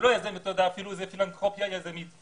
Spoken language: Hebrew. זה פילנתרופיה יזמית.